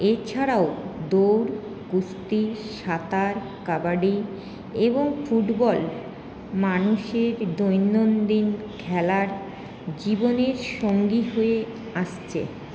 এছাড়াও দৌড় কুস্তি সাঁতার কাবাডি এবং ফুটবল মানুষের দৈনন্দিন খেলার জীবনের সঙ্গী হয়ে আসছে